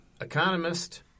economist